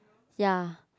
ya